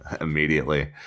immediately